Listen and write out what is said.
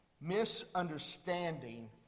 Misunderstanding